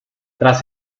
tras